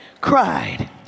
cried